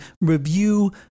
review